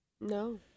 No